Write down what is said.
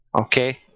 Okay